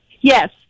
Yes